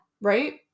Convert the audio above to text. Right